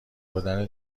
بردن